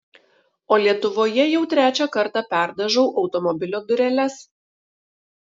o lietuvoje jau trečią kartą perdažau automobilio dureles